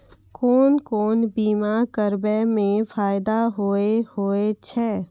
कोन कोन बीमा कराबै मे फायदा होय होय छै?